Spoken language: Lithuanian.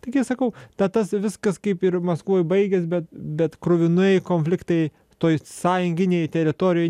taigi sakau tad tas viskas kaip ir maskvoj baigės bet bet kruvini konfliktai toj sąjunginėj teritorijoj